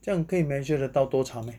这样可以 measure 得到多长 meh